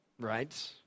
right